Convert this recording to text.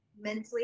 mentally